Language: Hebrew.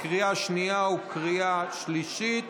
לקריאה שנייה וקריאה שלישית.